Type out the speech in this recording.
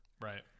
right